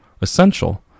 essential